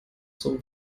zum